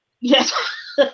yes